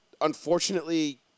Unfortunately